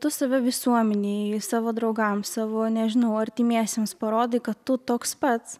tu save visuomenei savo draugam savo nežinau artimiesiems parodai kad tu toks pats